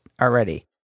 already